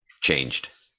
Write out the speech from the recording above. changed